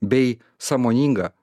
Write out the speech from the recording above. bei sąmoningą